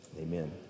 Amen